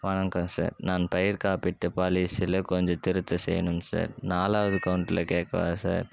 வணக்கம் சார் நான் பயிர் காப்பீட்டு பாலிசியில கொஞ்சம் திருத்தம் செய்யணுங்க சார் நாலாவது கௌண்ட்ல கேட்கவா சார்